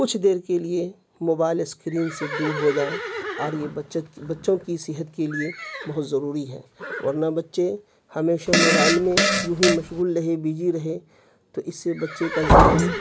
کچھ دیر کے لیے موبائل اسکرین سے دور ہو جائیں اور یہ بچوں کی صحت کی لیے بہت ضروری ہے ورنہ بچے ہمیشہ موبائل میں یوں ہی مشغول رہے بیجی رہے تو اس سے بچے کا ذہن